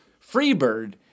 Freebird